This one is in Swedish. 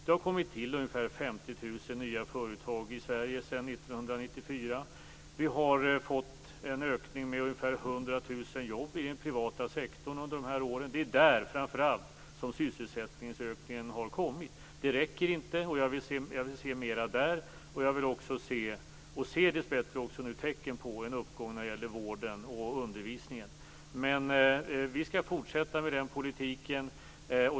Det har tillkommit ungefär 50 000 nya företag i Sverige sedan 1994. Vi har fått en ökning med ungefär 100 000 jobb i den privata sektorn under de här åren. Det är framför allt i den privata sektorn som sysselsättningsökningen har kommit. Det räcker inte. Jag vill se mer där. Jag ser dessbättre nu också tecken på en uppgång när det gäller vården och undervisningen. Vi skall fortsätta med den politiken.